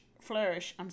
flourish